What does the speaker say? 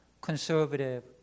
conservative